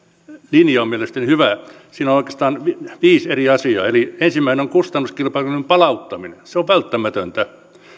linja on mielestäni hyvä siinä on oikeastaan viisi eri asiaa ensimmäinen on kustannuskilpailukyvyn palauttaminen se on välttämätöntä